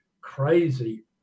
crazy